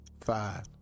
Five